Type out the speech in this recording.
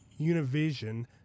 Univision